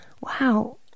wow